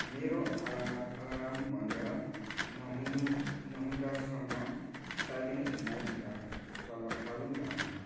मेरो आला अलार्म बन्द नहुनु नहुँदासम्म साइलेन्ट मुडमा चल चालु राख्नू